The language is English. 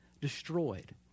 destroyed